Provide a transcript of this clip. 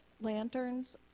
lanterns